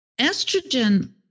estrogen